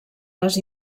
les